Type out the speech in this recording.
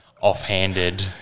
offhanded